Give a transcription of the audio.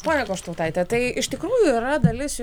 ponia goštautaite tai iš tikrųjų yra dalis